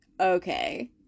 okay